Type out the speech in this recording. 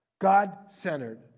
God-centered